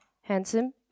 handsome